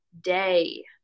day